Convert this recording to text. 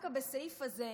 דווקא בסעיף הזה,